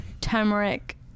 turmeric